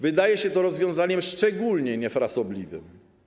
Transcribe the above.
Wydaje się to rozwiązaniem szczególnie niefrasobliwym.